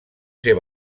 ser